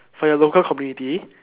for your local community